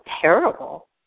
terrible